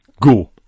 go